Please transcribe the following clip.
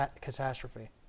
catastrophe